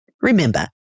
Remember